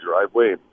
driveway